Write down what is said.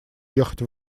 ехать